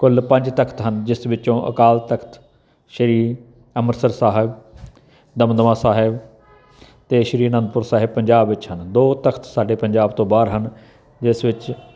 ਕੁੱਲ ਪੰਜ ਤੱਕ ਹਨ ਜਿਸ ਵਿੱਚੋਂ ਅਕਾਲ ਤਖਤ ਸ਼੍ਰੀ ਅੰਮ੍ਰਿਤਸਰ ਸਾਹਿਬ ਦਮਦਮਾ ਸਾਹਿਬ ਅਤੇ ਸ਼੍ਰੀ ਅਨੰਦਪੁਰ ਸਾਹਿਬ ਪੰਜਾਬ ਵਿੱਚ ਹਨ ਦੋ ਤਖਤ ਸਾਡੇ ਪੰਜਾਬ ਤੋਂ ਬਾਹਰ ਹਨ ਜਿਸ ਵਿੱਚ